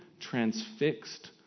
transfixed